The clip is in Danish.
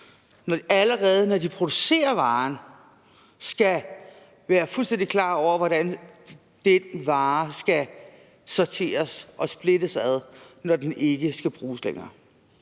allerede når de producerer varen, skal være fuldstændig klar over, hvordan den vare skal sorteres og splittes ad, når den ikke skal bruges længere.